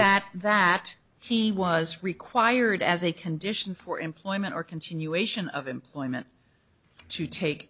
that that he was required as a condition for employment or continuation of employment to take